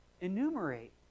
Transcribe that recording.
enumerate